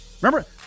Remember